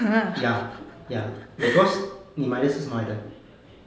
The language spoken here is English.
ya ya because 你买的是什么来的